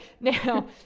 now